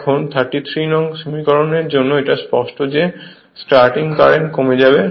এখন 33 নং সমীকরণের জন্য এটা স্পষ্ট যে স্টার্টিং কারেন্ট কমে যাবে